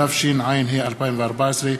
התשע"ה 2014,